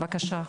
בבקשה.